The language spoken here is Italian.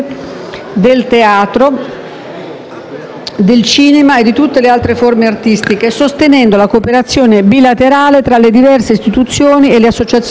del cinema e di tutte le altre forme artistiche, sostenendo la cooperazione bilaterale tra le diverse istituzioni e le associazioni culturali.